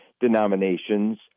denominations